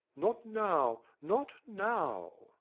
not now, not now.